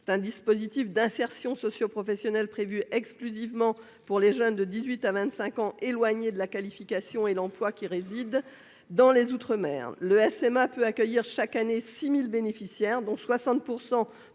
(SMA), dispositif d'insertion socioprofessionnelle prévu au bénéfice exclusif des jeunes de 18 à 25 ans éloignés de la qualification et de l'emploi et résidant dans les outre-mer. Le SMA peut accueillir chaque année 6 000 bénéficiaires, dont 60